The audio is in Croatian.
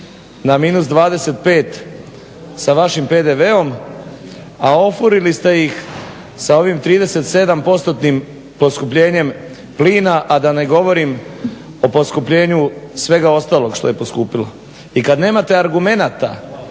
na -25 sa vašim PDV-om, a ofurili ste ih sa ovim 37 postotnim poskupljenjem plina, a da ne govorim o poskupljenju svega ostalog što je poskupilo. I kad nemate argumenata